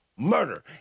Murder